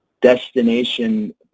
destination